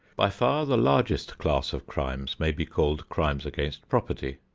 by far the largest class of crimes may be called crimes against property.